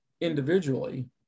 individually